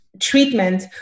treatment